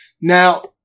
Now